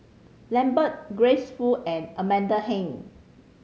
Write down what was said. Lambert Grace Fu and Amanda Heng